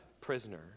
prisoner